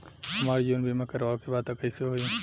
हमार जीवन बीमा करवावे के बा त कैसे होई?